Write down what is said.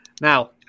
Now